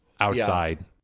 Outside